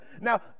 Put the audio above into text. Now